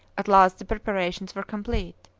at last the preparations were complete.